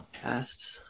podcasts